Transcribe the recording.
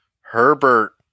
Herbert